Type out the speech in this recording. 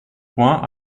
poing